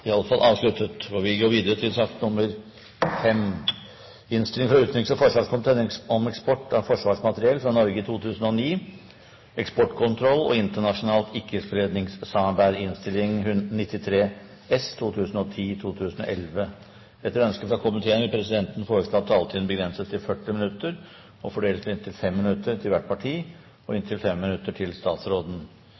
iallfall avsluttet. Etter ønske fra utenriks- og forsvarskomiteen vil presidenten foreslå at taletiden begrenses til 40 minutter og fordeles med inntil 5 minutter til hvert parti og